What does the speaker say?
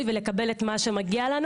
להתייחס לסוגיה הזאת כיוון שהוא נגע בה.